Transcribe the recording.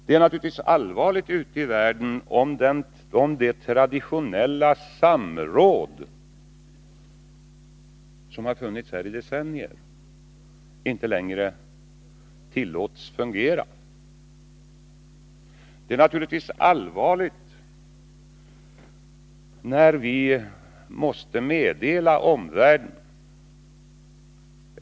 Det är naturligtvis allvarligt — med tanke på omvärlden — om det traditionella samråd som har funnits här i decennier inte längre tillåts fungera och vi måste meddela omvärlden detta.